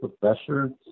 professor